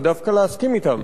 ודווקא להסכים אתן: